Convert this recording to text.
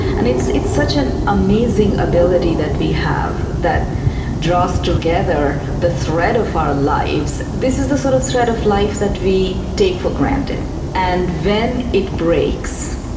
and it's it's such an amazing ability that we have that draws together the thread of our lives. this is the sort of thread of life that we take for granted and then it breaks.